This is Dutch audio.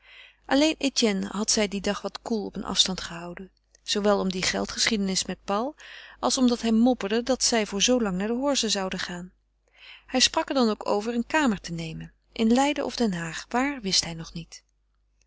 alleen etienne had zij dien dag wat koel op een afstand gehouden zoowel om die geldgeschiedenis met paul als omdat hij mopperde dat zij voor zoo lang naar de horze zouden gaan hij sprak er dan ook over een kamer te nemen in leiden of den haag waar wist hij nog niet